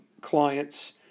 clients